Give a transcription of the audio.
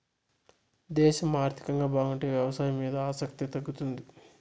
దేశం ఆర్థికంగా బాగుంటే వ్యవసాయం మీద ఆసక్తి తగ్గుతుంది